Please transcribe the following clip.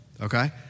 okay